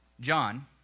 John